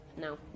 No